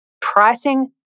Pricing